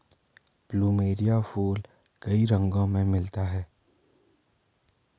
plumeria फूल कई रंगो में मिलता है